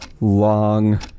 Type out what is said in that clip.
long